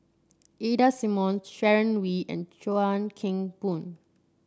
Ida Simmons Sharon Wee and Chuan Keng Boon